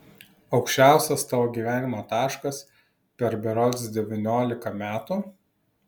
aukščiausias tavo gyvenimo taškas per berods devyniolika metų